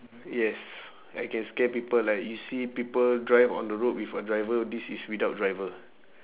yes I can scare people like you see people drive on the road with a driver this is without driver